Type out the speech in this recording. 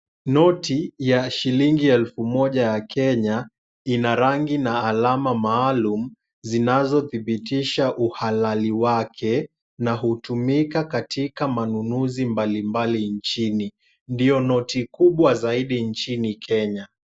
Noti ya shilingi elfu moja ya Kenya ina rangi na alama maalum zinazodhibitisha uhalali wake na hutumika katika manunuzi mbalimbali nchini. Ndiyo noti kubwa zaidi nchini Kenya.